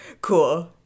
cool